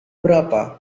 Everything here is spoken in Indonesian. berapa